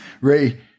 Ray